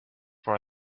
for